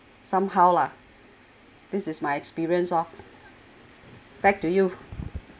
somehow lah this is my experience ah back to you